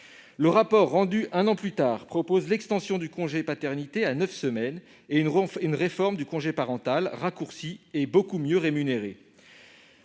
Le rapport rendu un an plus tard préconise l'extension du congé de paternité à neuf semaines et une réforme du congé parental, qui serait beaucoup mieux rémunéré